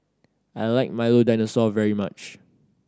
I like Milo Dinosaur very much